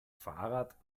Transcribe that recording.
fahrrad